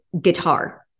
guitar